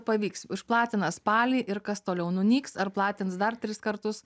pavyks išplatina spalį ir kas toliau n unyks ar platins dar tris kartus